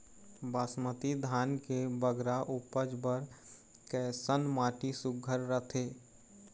बासमती धान के बगरा उपज बर कैसन माटी सुघ्घर रथे?